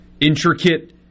intricate